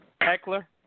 Heckler